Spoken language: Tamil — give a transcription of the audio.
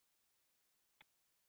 ஆ சரிங்க சார் சரி